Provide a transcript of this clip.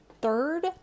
third